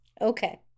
Okay